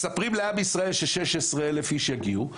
מספרים לעם ישראל ש-16,000 אנשים יגיעו,